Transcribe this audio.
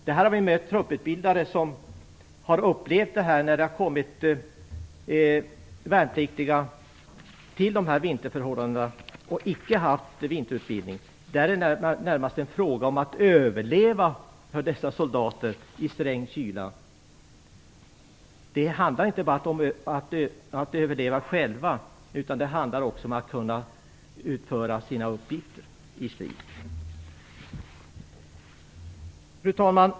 Vi har mött trupputbildare som har upplevt detta när det har kommit värnpliktiga till dessa vinterförhållanden och icke haft vinterutbildning. Då har det för dessa soldater närmast varit fråga om att överleva i sträng kyla. Men det handlar inte bara om att de själva skall överleva, utan det handlar om att de skall kunna utföra sina uppgifter i strid. Fru talman!